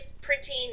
printing